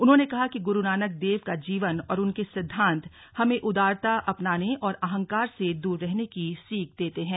उन्होंने कहा कि गुरू नानक देव का जीवन और उनके सिद्धान्त हमें उदारता अपनाने और अहंकार से दूर रहने की सीख देते हैं